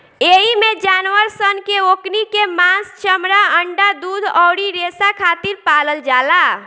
एइमे जानवर सन के ओकनी के मांस, चमड़ा, अंडा, दूध अउरी रेसा खातिर पालल जाला